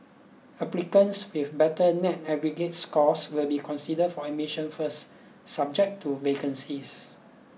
applicants with better net aggregate scores will be considered for admission first subject to vacancies